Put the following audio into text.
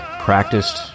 practiced